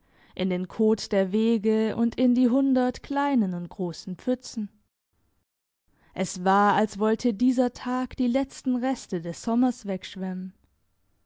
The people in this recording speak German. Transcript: in den kot der wege und in die hundert kleinen und grossen pfützen es war als wollte dieser tag die letzten reste des sommers wegschwemmen